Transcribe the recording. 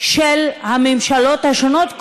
של הממשלות השונות,